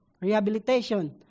rehabilitation